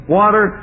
water